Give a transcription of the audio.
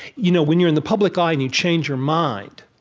you know when you're in the public eye and you change your mind,